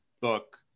book